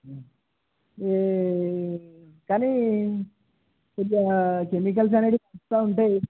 ఈ కానీ కొద్దిగా కెమికల్స్ అనేవి పక్కా ఉంటాయి